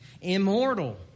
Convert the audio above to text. immortal